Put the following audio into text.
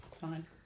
Fine